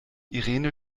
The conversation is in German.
irene